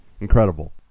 Incredible